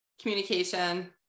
communication